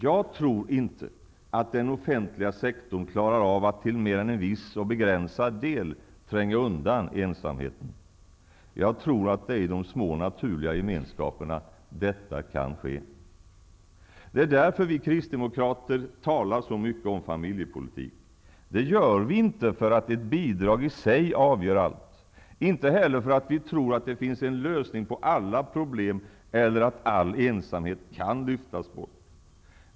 Jag tror inte att den offentliga sektorn klarar av att till mer än en viss och begränsad del tränga undan ensamheten. Jag tror att det är i de små naturliga gemenskaperna detta kan ske. Det är därför vi kristdemokrater talar så mycket om familjepolitik. Det gör vi inte därför att ett bidrag i sig avgör allt, inte heller därför att vi tror att det finns en lösning på alla problem eller att all ensamhet kan lyftas bort.